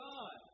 God